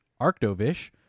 Arctovish